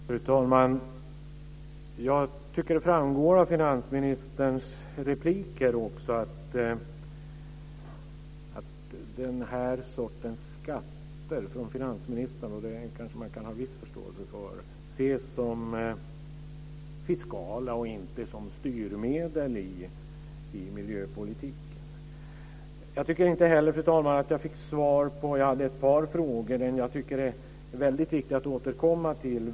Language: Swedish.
Fru talman! Jag tycker att det framgår av finansministerns repliker att den här sortens skatter - och det kanske man kan ha viss förståelse för - av finansministern ses som fiskala och inte som styrmedel i miljöpolitiken. Jag tycker inte heller, fru talman, att jag fick svar. Jag hade ett par frågor. En tycker jag är mycket viktig att återkomma till.